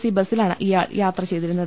C ബസ്റ്റിലാണ് ഇയാൾ യാത്രചെയ്തിരുന്നത്